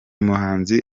muhanzi